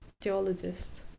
geologist